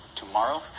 tomorrow